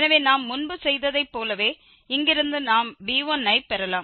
எனவே நாம் முன்பு செய்ததை போலவே இங்கிருந்து நாம் b1 ஐப் பெறலாம்